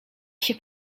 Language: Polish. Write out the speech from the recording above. się